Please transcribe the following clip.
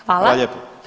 Hvala lijepo.